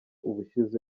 ubushize